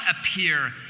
appear